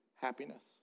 happiness